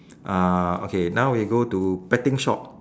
uh okay now we go to betting shop